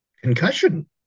concussion